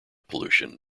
pollution